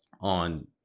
on